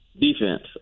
Defense